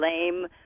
lame